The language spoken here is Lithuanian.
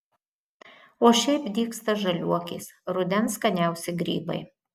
o šiaip dygsta žaliuokės rudens skaniausi grybai